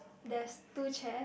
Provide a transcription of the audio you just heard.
there's two chair